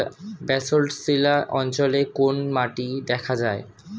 Basalt শিলা অঞ্চলে কোন মাটি দেখা যায়?